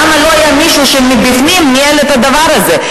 למה לא היה מישהו שמבפנים ניהל את הדבר הזה?